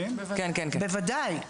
בוודאי.